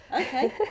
Okay